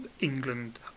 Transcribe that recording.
england